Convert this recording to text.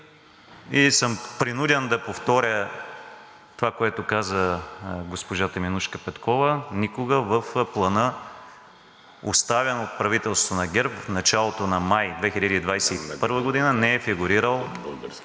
Принуден съм да повторя това, което каза госпожа Теменужка Петкова, никога в Плана, оставен от правителството на ГЕРБ в началото на май 2021 г., не е фигурирало